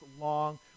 long